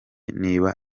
niba